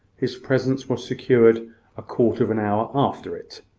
his presence was secured a quarter of an hour after it.